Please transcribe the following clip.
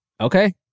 okay